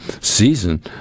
season